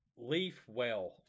Leafwell